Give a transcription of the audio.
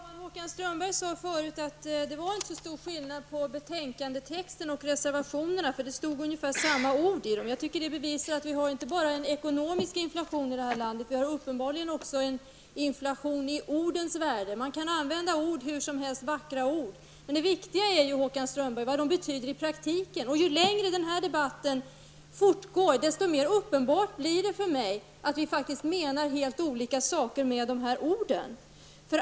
Herr talman! Håkan Strömberg sade tidigare att det inte var så stor skillnad mellan betänkandetexten och reservationerna. Det var ungefär samma ord. Jag tycker att det bevisar att vi har inte bara en ekonomisk inflation i landet, vi har uppenbarligen en inflation i ordens värde. Man kan använda vackra ord hur som helst. Det viktiga är, Håkan Strömberg, vad dessa ord betyder i praktiken. Ju längre debatten fortgår, desto mer uppenbart blir det för mig att vi faktiskt menar helt olika saker med dessa ord.